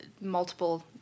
multiple